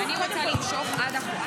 אם אני לא אקבל תשובה, אני